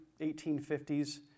1850s